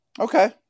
Okay